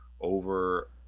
over